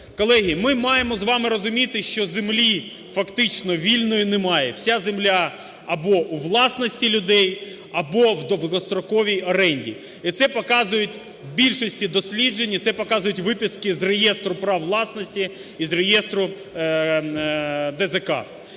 Колеги, ми маємо з вами розуміти, що землі фактично вільної немає. Вся земля або у власності людей, або в довгостроковій оренді. І це показують в більшості досліджень, і це показують виписки реєстру прав власності, і з реєстру ДЗК.